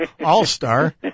all-star